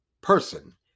person